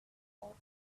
twenty